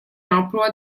emploi